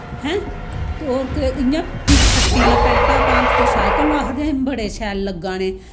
हैं ते के फट्टी दियां पैंटां पान ओह् सारें कोलू्ं आखदे शैल लग्गा ने